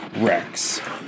Rex